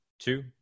Two